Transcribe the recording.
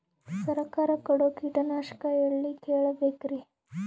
ಸರಕಾರ ಕೊಡೋ ಕೀಟನಾಶಕ ಎಳ್ಳಿ ಕೇಳ ಬೇಕರಿ?